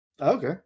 Okay